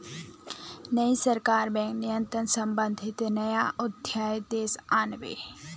नई सरकार बैंक नियंत्रण संबंधी नया अध्यादेश आन बे